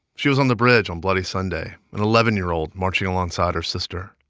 she was on the bridge on bloody sunday, an eleven year old marching alongside her sister.